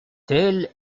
tel